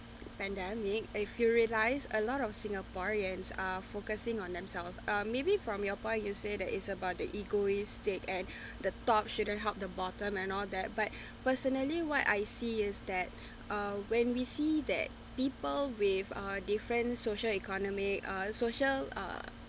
pandemic if you realise a lot of singaporeans are focusing on themselves uh maybe from your point you say that it's about the egoistic at the top shouldn't help the bottom and all that but personally what I see is that uh when we see that people with a different social economy uh social uh